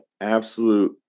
absolute